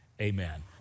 Amen